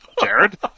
Jared